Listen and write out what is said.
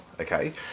okay